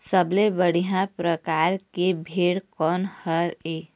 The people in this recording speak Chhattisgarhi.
सबले बढ़िया परकार के भेड़ कोन हर ये?